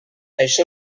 això